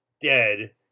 dead